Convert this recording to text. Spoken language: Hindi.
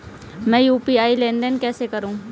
मैं यू.पी.आई लेनदेन कैसे करूँ?